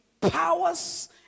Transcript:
powers